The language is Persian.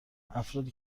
افرادی